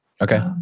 Okay